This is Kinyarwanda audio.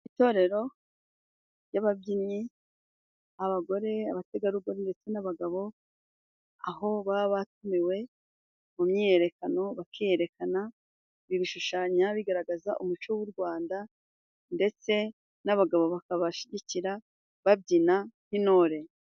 Itorero ry'ababyinnyi abagore abategarugori ndetse n'abagabo, aho baba batumiwe mu myiyerekano bakerekana ibi bishushanyo bigaragaza umuco, w'u rwanda ndetse n'abagabo bakabashyigikira babyina n'intore.